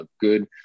good